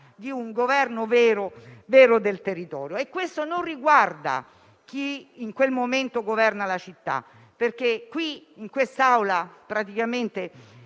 di un governo vero del territorio. Questo non riguarda chi in quel momento governa la città, perché in quest'Aula praticamente